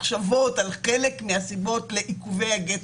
מחשבות על חלק מהסיבות לעיכובי הגט